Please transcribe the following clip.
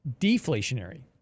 deflationary